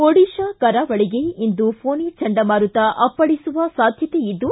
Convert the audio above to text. ಒಡಿಶಾ ಕರಾವಳಿಗೆ ಇಂದು ಫೋನಿ ಚಂಡಮಾರುತ ಅಪ್ಪಳಿಸುವ ಸಾಧ್ಯತೆ ಇದ್ದು